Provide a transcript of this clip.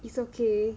is okay